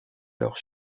leurs